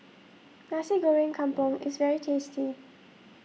Nasi Goreng Kampung is very tasty